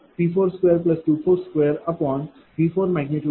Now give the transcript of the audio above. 0042। 0